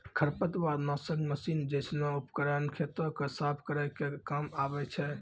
खरपतवार नासक मसीन जैसनो उपकरन खेतो क साफ करै के काम आवै छै